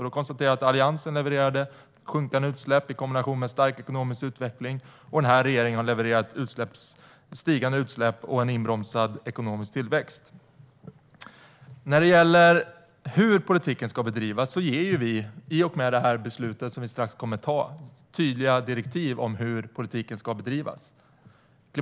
Jag konstaterar att Alliansen levererade sjunkande utsläpp i kombination med stark ekonomisk utveckling, och den här regeringen har levererat stigande utsläpp och en inbromsad ekonomisk tillväxt. I och med det beslut som strax ska fattas ger riksdagen tydliga direktiv om hur politiken ska bedrivas.